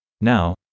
Now